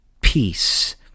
peace